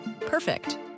Perfect